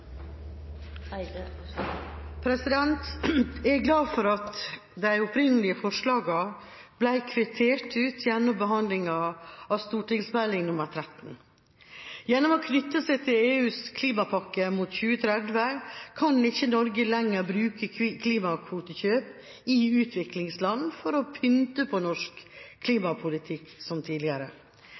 Jeg er glad for at de opprinnelige forslagene ble kvittert ut gjennom behandlingen av Meld. St. 13 for 2014–2015. Gjennom å knytte seg til EUs klimapakke mot 2030 kan ikke Norge lenger bruke klimakvotekjøp i utviklingsland for å pynte på norsk klimapolitikk, som tidligere.